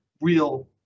real